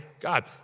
God